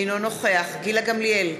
אינו נוכח גילה גמליאל,